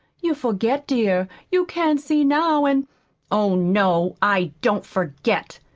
you forget, dear, you can't see now, and oh, no, i don't forget,